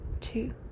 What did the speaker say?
two